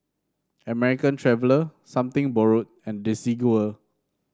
American Traveller Something Borrowed and Desigual